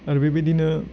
आरो बेबायदिनो